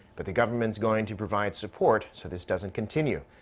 but the government is going to provide support so this doesn't continue.